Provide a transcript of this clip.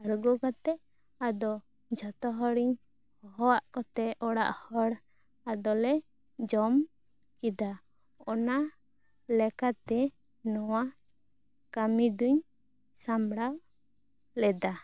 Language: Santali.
ᱟᱲᱜᱚ ᱠᱟᱛᱮᱫ ᱟᱫᱚ ᱡᱚᱛᱚ ᱦᱤᱲᱤᱧ ᱦᱚᱦᱚᱣᱟᱫ ᱠᱚᱛᱮ ᱚᱲᱟᱜ ᱦᱚᱲ ᱟᱨ ᱡᱚᱛᱚ ᱦᱚᱲ ᱞᱮ ᱡᱚᱢ ᱞᱮ ᱡᱚᱢ ᱠᱮᱫᱟ ᱚᱱᱟ ᱞᱮᱠᱟᱛᱮ ᱱᱚᱶᱟ ᱠᱟᱹᱢᱤ ᱫᱩᱧ ᱥᱟᱢᱲᱟᱣ ᱞᱮᱫᱟ